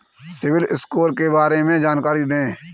CIBIL score के बारे में जानकारी दें?